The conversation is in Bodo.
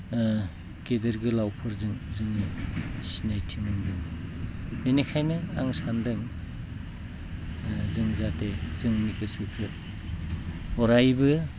गिदिर गोलावफोरजों जोङो सिनायथि मोनगोन बेनिखायनो आं सानदों जों जाहाथे जोंनि गोसोखौ अरायबो